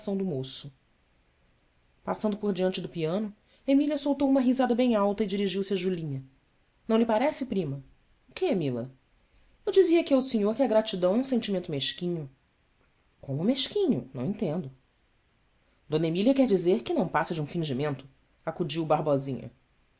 moço passando por diante do piano emília soltou uma risada bem alta e dirigiu-se a ulinha ão lhe parece prima quê ila u dizia aqui ao senhor que a gratidão é um sentimento mesquinho omo mesquinho não entendo mília quer dizer que não passa de um fingimento acudiu o barbosinha